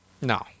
no